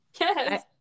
Yes